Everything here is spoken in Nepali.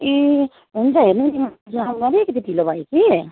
ए हुन्छ हेर्नु नि आज आउनु अलिकति ढिलो भयो कि